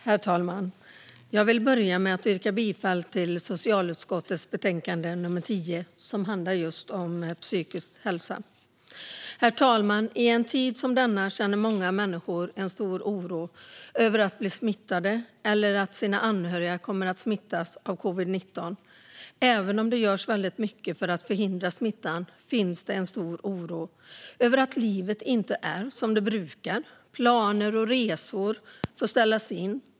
Herr talman! Jag vill börja med att yrka bifall till förslaget i socialutskottets betänkande 10 som handlar om psykisk hälsa. Herr talman! I en tid som denna känner många människor en stor oro över att de ska bli smittade eller att deras anhöriga ska bli smittade av covid-19. Även om det görs mycket för att förhindra smittan finns det en stor oro över att livet inte är som det brukar. Planer och resor får ställas in.